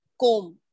comb